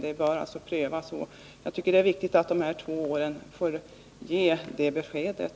Det bör alltså prövas, och det är viktigt att dessa två år får ge det beskedet.